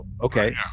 Okay